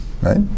right